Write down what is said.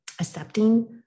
accepting